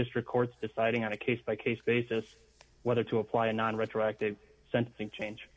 district courts deciding on a case by case basis whether to apply a non retroactive sentencing